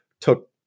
took